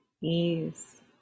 ease